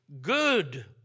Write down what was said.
good